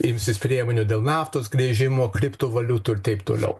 imsis priemonių dėl naftos gręžimo kriptovaliutų ir taip toliau